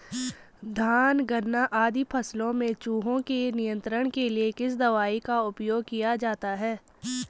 धान गन्ना आदि फसलों में चूहों के नियंत्रण के लिए किस दवाई का उपयोग किया जाता है?